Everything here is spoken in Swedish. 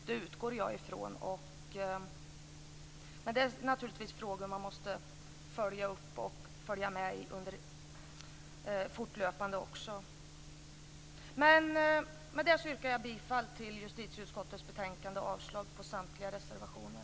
Jag utgår ifrån att det är så. Men det är naturligtvis frågor som man också måste följa upp fortlöpande. Med det yrkar jag bifall till hemställan i justitieutskottets betänkande och avslag på samtliga reservationer.